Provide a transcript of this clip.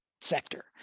sector